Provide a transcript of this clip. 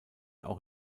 auch